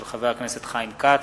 של חבר הכנסת חיים כץ,